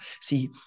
See